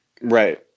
Right